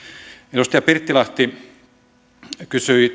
edustaja pirttilahti kysyi